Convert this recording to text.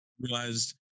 realized